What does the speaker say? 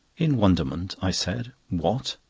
in wonderment, i said what!